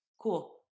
Cool